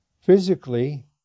physically